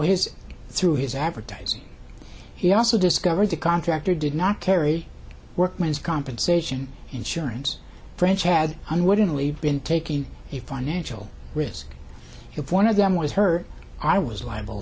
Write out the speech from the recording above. his through his advertising he also discovered the contractor did not carry workman's compensation insurance branch had unwittingly been taking a financial risk if one of them was hurt i was liable